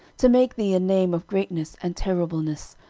to make thee a name of greatness and terribleness,